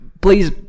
Please